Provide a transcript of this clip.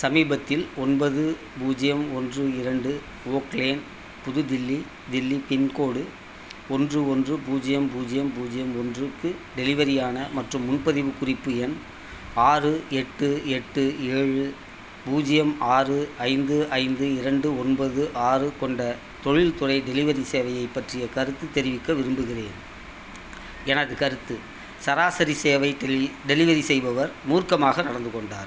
சமீபத்தில் ஒன்பது பூஜ்ஜியம் ஒன்று இரண்டு ஓக் லேன் புது தில்லி தில்லி பின்கோடு ஒன்று ஒன்று பூஜ்ஜியம் பூஜ்ஜியம் பூஜ்ஜியம் ஒன்றுக்கு டெலிவரியான மற்றும் முன்பதிவுக் குறிப்பு எண் ஆறு எட்டு எட்டு ஏழு பூஜ்ஜியம் ஆறு ஐந்து ஐந்து இரண்டு ஒன்பது ஆறு கொண்ட தொழில் துறை டெலிவரி சேவையைப் பற்றிய கருத்து தெரிவிக்க விரும்புகின்றேன் எனது கருத்து சராசரி சேவை டெல்லி டெலிவரி செய்பவர் மூர்க்கமாக நடந்துக் கொண்டார்